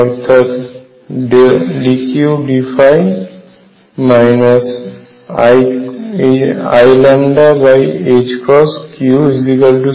অর্থাৎ dQdϕ iλQ0